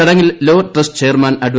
ചടങ്ങിൽ law trust chairman അഡ്വ